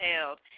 held